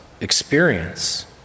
experience